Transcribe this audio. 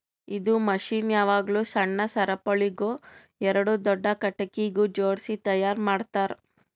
ಇದು ಮಷೀನ್ ಯಾವಾಗ್ಲೂ ಸಣ್ಣ ಸರಪುಳಿಗ್ ಎರಡು ದೊಡ್ಡ ಖಟಗಿಗ್ ಜೋಡ್ಸಿ ತೈಯಾರ್ ಮಾಡ್ತರ್